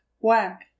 whack